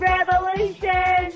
Revolution